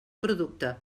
producte